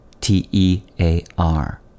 T-E-A-R